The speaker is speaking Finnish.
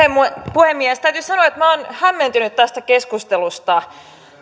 puhemies täytyy sanoa että minä olen hämmentynyt tästä keskustelusta